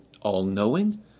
all-knowing